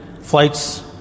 flights